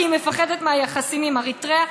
כי היא מפחדת מהיחסים עם אריתריאה.